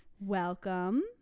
welcome